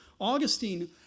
Augustine